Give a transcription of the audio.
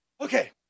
Okay